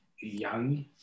young